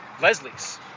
Leslies